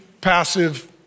passive